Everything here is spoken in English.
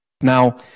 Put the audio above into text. Now